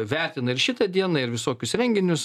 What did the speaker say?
vertina ir šitą dieną ir visokius renginius